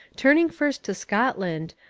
turning first to scotland,